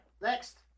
next